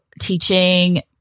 teaching